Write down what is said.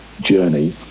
journey